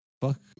fuck